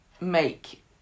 make